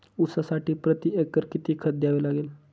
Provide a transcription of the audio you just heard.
ऊसासाठी प्रतिएकर किती खत द्यावे लागेल?